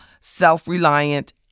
self-reliant